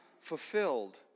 fulfilled